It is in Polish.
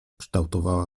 kształtowała